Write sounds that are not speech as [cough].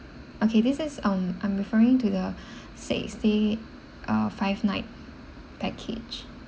okay this is um I'm referring to the [breath] six day uh five night package